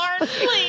please